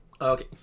Okay